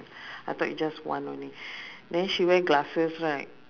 I thought you just one only then she wear glasses right